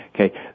Okay